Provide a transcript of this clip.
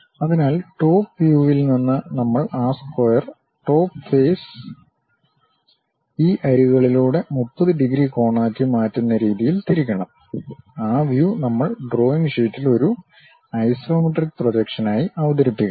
അതിനാൽ ടോപ് വ്യൂവിൽ നിന്ന് നമ്മൾ ആ സ്ക്വയർ ടോപ്പ് ഫേസ് ഈ അരികുകളിലൂടെ 30 ഡിഗ്രി കോണാക്കി മാറ്റുന്ന രീതിയിൽ തിരിക്കണം ആ വ്യൂ നമ്മൾ ഡ്രോയിംഗ് ഷീറ്റിൽ ഒരു ഐസോമെട്രിക് പ്രൊജക്ഷനായി അവതരിപ്പിക്കണം